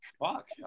Fuck